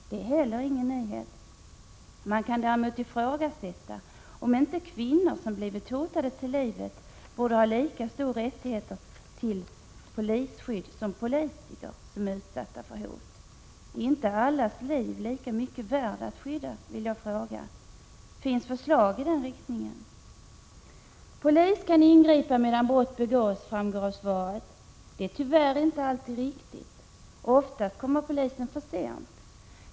Det är heller ingen nyhet. Man kan däremot ifrågasätta om inte kvinnor som blivit hotade till livet borde ha lika stor rättighet till polisskydd som politiker som är utsatta för hot. Är inte allas liv lika mycket värda att skydda? vill jag fråga. Finns det förslag i den riktningen? Polis kan ingripa medan brott begås, framgår av svaret. Det är tyvärr inte alltid riktigt. Oftast kommer polisen för sent.